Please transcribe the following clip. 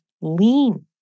lean